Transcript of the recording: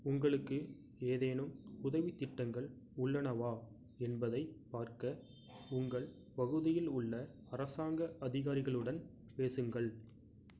உங்களுக்கு ஏதேனும் உதவித் திட்டங்கள் உள்ளனவா என்பதைப் பார்க்க உங்கள் பகுதியில் உள்ள அரசாங்க அதிகாரிகளுடன் பேசுங்கள்